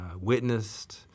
witnessed